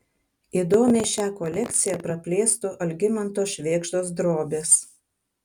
įdomiai šią kolekciją praplėstų algimanto švėgždos drobės